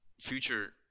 Future